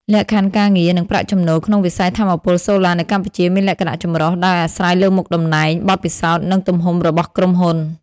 លក្ខខណ្ឌការងារ និងប្រាក់ចំណូលក្នុងវិស័យថាមពលសូឡានៅកម្ពុជាមានលក្ខណៈចម្រុះ ដោយអាស្រ័យលើមុខតំណែង បទពិសោធន៍ និងទំហំរបស់ក្រុមហ៊ុន។